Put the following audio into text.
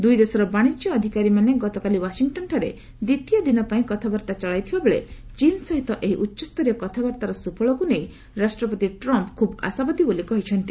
ଦୂଇଦେଶର ବାଶିଜ୍ୟ ଅଧିକାରୀମାନେ ଗତକାଲି ୱାଶିଂଟନ୍ଠାରେ ଦ୍ୱିତୀୟ ଦିନ ପାଇଁ କଥାବାର୍ତ୍ତା ଚଳାଇଥିବାବେଳେ ଚୀନ ସହିତ ଏହି ଉଚ୍ଚସ୍ତରୀୟ କଥାବାର୍ତ୍ତାର ସୁଫଳକୁ ନେଇ ରାଷ୍ଟ୍ରପତି ଟ୍ରମ୍ପ୍ ଖୁବ୍ ଆଶାବାଦୀ ବୋଲି କହିଛନ୍ତି